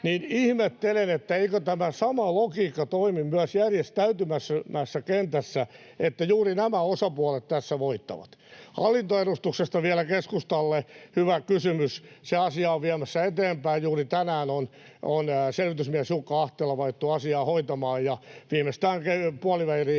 Eli ihmettelen, eikö tämä sama logiikka toimi myös järjestäytymättömässä kentässä, että juuri nämä osapuolet tässä voittavat. Hallintoedustuksesta vielä keskustalle: Hyvä kysymys. Sitä asiaa ollaan viemässä eteenpäin. Juuri tänään on selvitysmies Jukka Ahtela valittu asiaa hoitamaan, ja viimeistään puoliväliriiheen